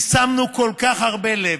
כי שמנו כל כך הרבה לב,